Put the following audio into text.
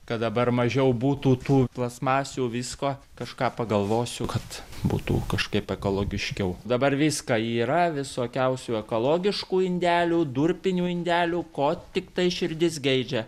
kad dabar mažiau būtų tų plastmasių visko kažką pagalvosiu kad būtų kažkaip ekologiškiau dabar viską yra visokiausių ekologiškų indelių durpinių indelių ko tiktai širdis geidžia